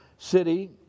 City